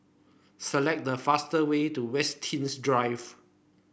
select the fast way to Winstedt Drive